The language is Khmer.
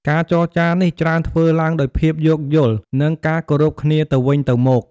ការចរចានេះច្រើនធ្វើឡើងដោយភាពយោគយល់ និងការគោរពគ្នាទៅវិញទៅមក។